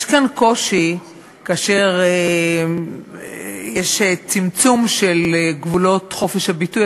יש כאן קושי כאשר יש צמצום של גבולות חופש הביטוי,